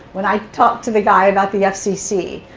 when i talked to the guy about the fcc,